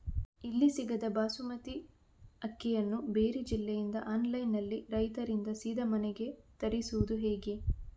ಇಲ್ಲಿ ಸಿಗದ ಬಾಸುಮತಿ ಅಕ್ಕಿಯನ್ನು ಬೇರೆ ಜಿಲ್ಲೆ ಇಂದ ಆನ್ಲೈನ್ನಲ್ಲಿ ರೈತರಿಂದ ಸೀದಾ ಮನೆಗೆ ತರಿಸುವುದು ಹೇಗೆ?